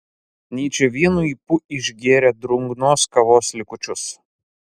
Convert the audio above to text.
nyčė vienu ypu išgėrė drungnos kavos likučius